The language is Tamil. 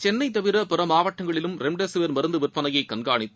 சென்னை தவிர பிற மாவட்டங்களிலும் ரெம்டெசிவிர் மருந்து விற்பனையை கண்காணித்து